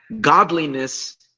Godliness